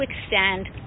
extend